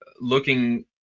looking